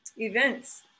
events